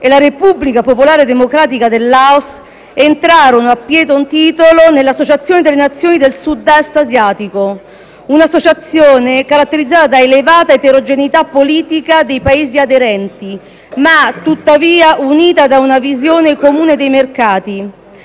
e la Repubblica popolare democratica del Laos entrarono a pieno titolo nell'Associazione delle nazioni del Sud-Est asiatico, un'associazione caratterizzata da elevata eterogeneità politica dei Paesi aderenti, ma tuttavia unita da una visione comune dei mercati,